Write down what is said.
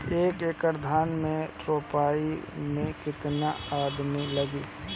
एक एकड़ धान के रोपनी मै कितनी आदमी लगीह?